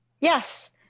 yes